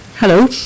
Hello